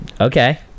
okay